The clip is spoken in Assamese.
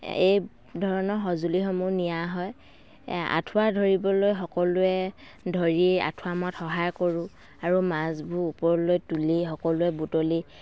এই ধৰণৰ সঁজুলি সমূহ নিয়া হয় আঠুৱা ধৰিবলৈ সকলোৱে ধৰি আঠুৱা মত সহায় কৰোঁ আৰু মাছবোৰ ওপৰলৈ তুলি সকলোৱে বুটলি